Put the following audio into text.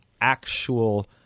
actual –